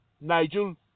Nigel